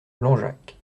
langeac